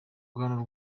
rwanda